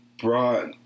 brought